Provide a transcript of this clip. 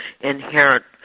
inherent